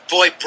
Boy